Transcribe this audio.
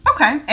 Okay